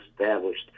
established